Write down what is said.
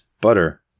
Butter